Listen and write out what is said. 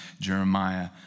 Jeremiah